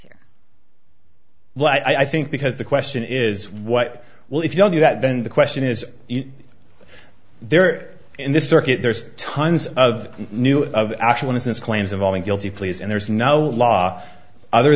well i think because the question is what well if you don't do that then the question is there in the circuit there's tons of new of the actual innocence claims of all the guilty pleas and there's no law other